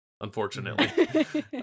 unfortunately